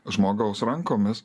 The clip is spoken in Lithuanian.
žmogaus rankomis